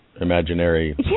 imaginary